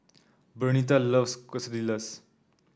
Bernita loves Quesadillas